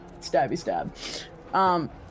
stabby-stab